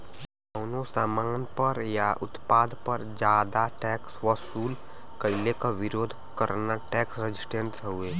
कउनो सामान पर या उत्पाद पर जादा टैक्स वसूल कइले क विरोध करना टैक्स रेजिस्टेंस हउवे